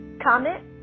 comment